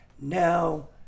Now